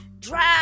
drive